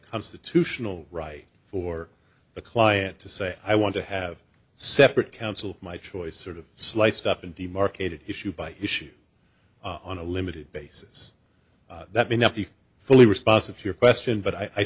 constitutional right for a client to say i want to have separate counsel my choice sort of sliced up and demarcated issue by issue on a limited basis that may not be fully responsive to your question but i